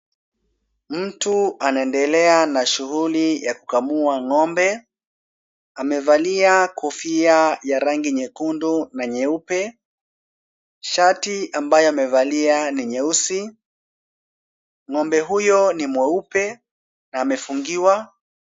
Mtu anaendelea na shughuli ya kukamua ng'ombe. Amevalia kofia ya rangi nyekundu na nyeupe. Shati ambayo amevalia ni nyeusi. Ng'ombe huyo ni mweupe na amefungiwa.